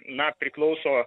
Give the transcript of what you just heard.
na priklauso